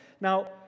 Now